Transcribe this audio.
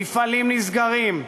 מפעלים נסגרים,